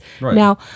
Now